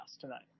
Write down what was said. tonight